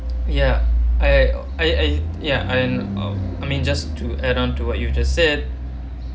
ya I I I I ya and um I mean just to add on to what you just said